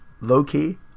low-key